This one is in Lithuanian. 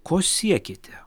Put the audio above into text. ko siekėte